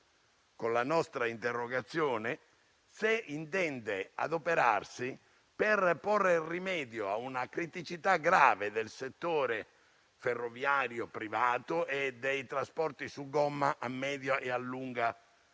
a mia prima firma, se intende adoperarsi per porre rimedio a una criticità grave del settore ferroviario privato e dei trasporti su gomma a media e a lunga